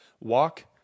walk